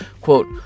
Quote